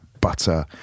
butter